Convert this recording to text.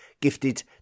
gifted